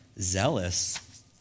zealous